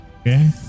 Okay